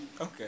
Okay